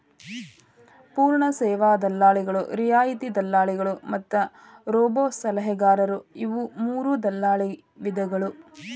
ಪೂರ್ಣ ಸೇವಾ ದಲ್ಲಾಳಿಗಳು, ರಿಯಾಯಿತಿ ದಲ್ಲಾಳಿಗಳು ಮತ್ತ ರೋಬೋಸಲಹೆಗಾರರು ಇವು ಮೂರೂ ದಲ್ಲಾಳಿ ವಿಧಗಳ